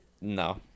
No